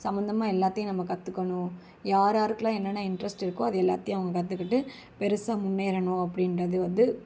சம்மந்தமாக எல்லாத்தையும் நம்ம கற்றுக்கணும் யாராருக்கெல்லாம் என்னென்ன இன்ட்ரெஸ்ட் இருக்கோ அதெல்லாத்தையும் அவங்க கற்றுக்கிட்டு பெருசாக முன்னேறணும் அப்படின்றது வந்து